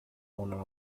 owner